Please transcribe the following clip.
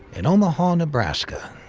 in omaha, nebraska,